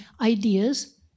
ideas